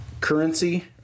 currency